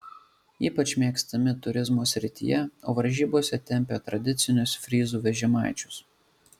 ypač mėgstami turizmo srityje o varžybose tempia tradicinius fryzų vežimaičius